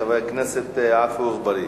חבר הכנסת עפו אגבאריה,